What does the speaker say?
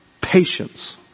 Patience